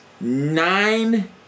nine